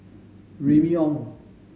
Remy Ong